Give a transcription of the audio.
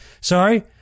Sorry